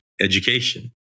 Education